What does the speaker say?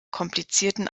komplizierten